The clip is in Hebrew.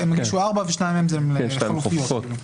שתיים חלופיות.